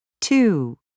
two